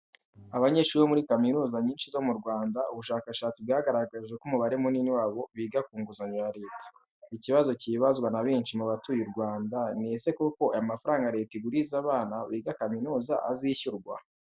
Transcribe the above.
Abanyeshuri bo muri kaminuza nyinshi zo mu Rwanda, ubushakashatsi bwagaragaje ko umubare munini wabo biga ku nguzanyo ya leta. Ikibazo kibazwa na benshi mu batuye u Rwanda ni ese koko aya mafaranga leta iguriza abana biga kaminuza azishyurwa?